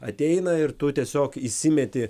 ateina ir tu tiesiog įsimeti